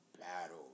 battle